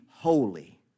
holy